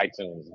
iTunes